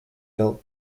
built